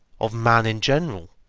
of man in general,